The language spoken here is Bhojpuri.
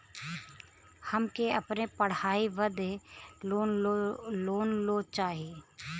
हमके अपने पढ़ाई बदे लोन लो चाही?